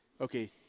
okay